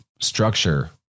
structure